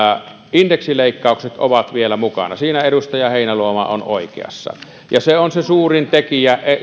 indeksileikkaukset ovat vielä mukana siinä edustaja heinäluoma on oikeassa ja se on se suurin tekijä